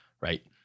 right